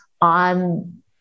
on